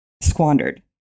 squandered